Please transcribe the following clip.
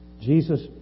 Jesus